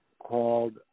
called